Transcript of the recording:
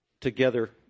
together